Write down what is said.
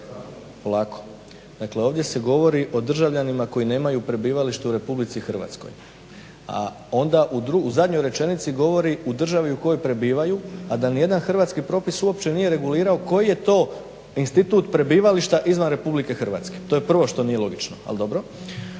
RH. dakle ovdje se govori o državljanima koji nemaju prebivalište u RH, a onda u zadnjoj rečenici u kojoj govori u državi u kojoj prebivaju, a da nijedan hrvatski propis nije regulirao koji je to institut prebivališta izvan RH. to je prvo što nije logično, ali dobro.